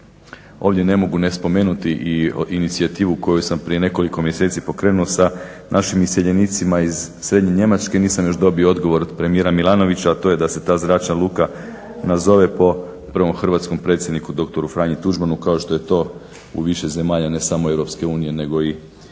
Ovdje ne mogu ne spomenuti i inicijativu koju sam prije nekoliko mjeseci pokrenu sa našim iseljenicima iz srednje Njemačke, nisam još dobio odgovor od premijera Milanovića, a to je da se ta zračna luka nazove po prvo hrvatskom predsjedniku dr. Franji Tuđmanu. kao što je to u više zemalja, ne samo Europske unije, nego i